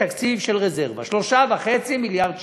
בתקציב של רזרבה, 3.5 מיליארד שקל.